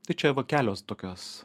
tai čia va kelios tokios